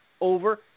over